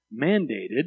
mandated